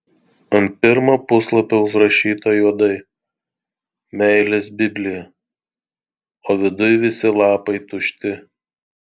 ant pirmo puslapio užrašyta juodai meilės biblija o viduj visi lapai tušti